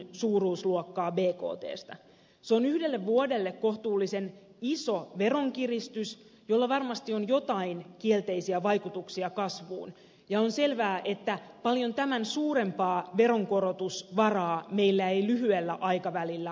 se on yhdelle vuodelle kohtuullisen iso veronkiristys jolla varmasti on joitakin kielteisiä vaikutuksia kasvuun ja on selvää että paljon tämän suurempaa veronkorotusvaraa meillä ei lyhyellä aikavälillä ole